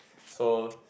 so